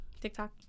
TikTok